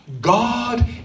God